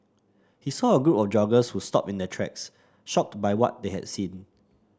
he saw a group of joggers who stopped in their tracks shocked by what they had seen